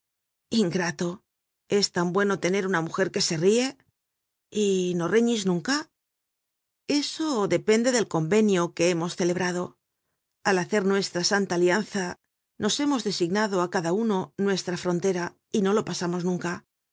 ingrato es tan bueno tener una mujer que se rie y no reñís nunca eso depende del convenio que hemos celebrado al hacer nuestra santa alianza nos hemos designado á cada uno nuestra frontera y no la pasamos nunca